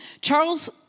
Charles